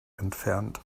entfernt